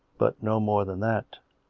but no more than that.